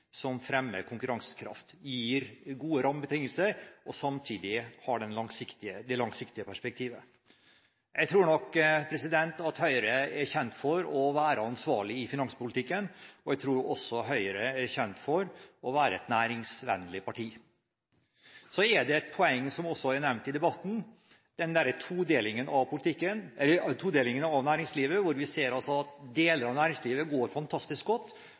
som fremmer konkurransekraft, gir gode rammebetingelser og samtidig har et langsiktig perspektiv. Jeg tror nok at Høyre er kjent for å være ansvarlig i finanspolitikken. Jeg tror også at Høyre er kjent for å være et næringsvennlig parti. Så er det et poeng, som også har vært nevnt i debatten, som gjelder todelingen i næringslivet, at noen deler av næringslivet går fantastisk godt,